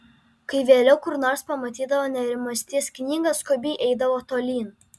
kai vėliau kur nors pamatydavo nerimasties knygą skubiai eidavo tolyn